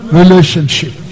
relationship